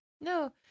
no